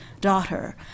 daughter